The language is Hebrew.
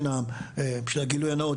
למען הגילוי הנאות,